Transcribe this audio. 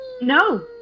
No